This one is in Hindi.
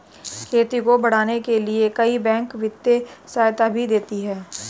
खेती को बढ़ाने के लिए कई बैंक वित्तीय सहायता भी देती है